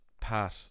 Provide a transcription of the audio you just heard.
pat